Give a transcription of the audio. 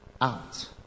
out